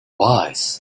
wise